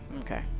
Okay